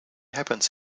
happens